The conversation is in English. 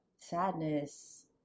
Sadness